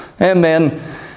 Amen